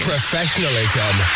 Professionalism